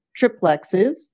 triplexes